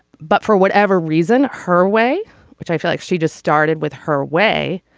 but for whatever reason her way which i feel like she just started with her way